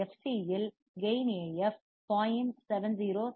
Fc இல் கேயின் AF 0